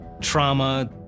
trauma